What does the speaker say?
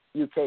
UK